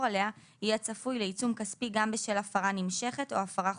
עליה יהיה צפוי לעיצום כספי גם בשל הפרה נמשכת או הפרה חוזרת,